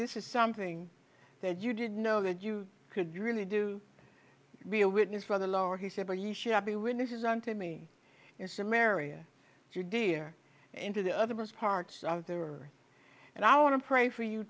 this is something that you didn't know that you could really do be a witness for the lower he said but he should have the witnesses on to me in some area your dear into the other parts of the er and i want to pray for you